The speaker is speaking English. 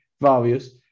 values